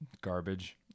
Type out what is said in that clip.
garbage